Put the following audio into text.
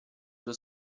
sua